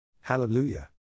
Hallelujah